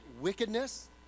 wickedness